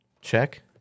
check